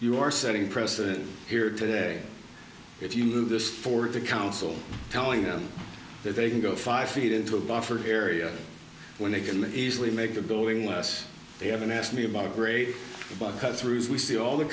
you are setting precedent here today if you move this forward to council telling them that they can go five feet into a buffer area when they can easily make the building last they haven't asked me about a great cut through as we see all the